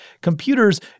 Computers